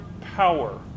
power